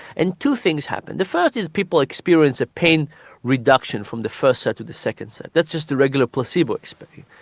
and two things happened. the first is that people experienced pain reduction from the first set to the second set that's just the regular placebo experiment,